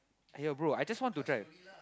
yeah bro I just want to try